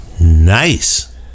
Nice